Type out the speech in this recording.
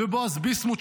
בועז ביסמוט,